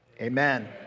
Amen